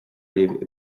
libh